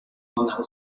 people